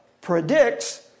predicts